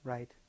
Right